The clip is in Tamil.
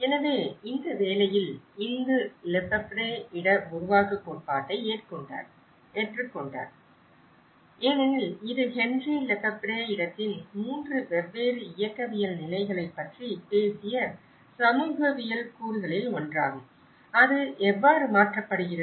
எனவே இந்த வேலையில் இந்து லெஃபெப்ரே இட உருவாக்க கோட்பாட்டை ஏற்றுக்கொண்டார் ஏனெனில் இது ஹென்றி லெஃபெப்ரே இடத்தின் 3 வெவ்வேறு இயக்கவியல் நிலைகளைப் பற்றி பேசிய சமூகவியல் கூறுகளில் ஒன்றாகும் அது எவ்வாறு மாற்றப்படுகிறது